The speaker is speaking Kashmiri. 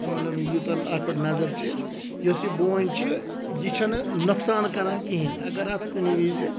مطلب مےٚ یوٗتاہ اَتھ پٮ۪ٹھ نظر چھِ یۄس یہِ بوٗنۍ چھِ یہِ چھَنہٕ نۄقصان کَران کِہیٖنۍ اگر اَتھ کُنہِ وِزِ